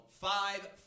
Five